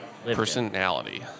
Personality